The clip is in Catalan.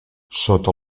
sota